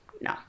No